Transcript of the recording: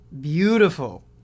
Beautiful